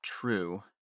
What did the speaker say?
true